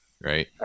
right